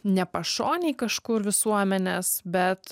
ne pašonėj kažkur visuomenės bet